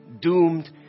doomed